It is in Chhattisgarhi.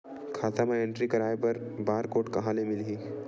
खाता म एंट्री कराय बर बार कोड कहां ले मिलही?